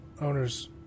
owner's